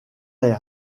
est